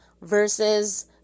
versus